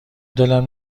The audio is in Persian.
دلم